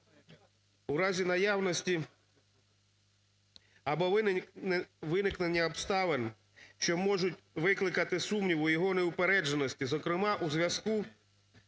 у разі наявності або виникнення обставин, що можуть викликати сумнів у його неупередженості, зокрема у зв'язку